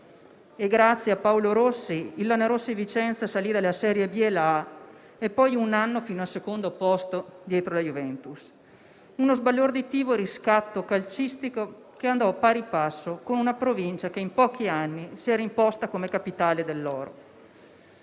Grazie a Paolo Rossi, il Lanerossi Vicenza salì dalla serie B alla A e poi, in un anno, fino al secondo posto, dietro la Juventus. Fu uno sbalorditivo riscatto calcistico che andò di pari passo con una provincia che in pochi anni si era imposta come capitale dell'oro.